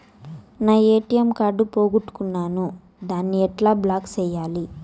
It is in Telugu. నా ఎ.టి.ఎం కార్డు పోగొట్టుకున్నాను, దాన్ని ఎట్లా బ్లాక్ సేయాలి?